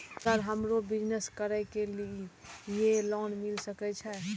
Sir हमरो business करके ली ये लोन मिल सके छे?